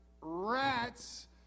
rats